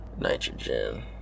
nitrogen